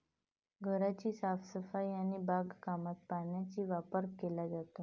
घराची साफसफाई आणि बागकामात पाण्याचा वापर केला जातो